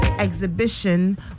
Exhibition